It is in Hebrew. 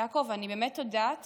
יעקב, אני באמת יודעת